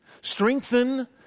Strengthen